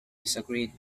disagreed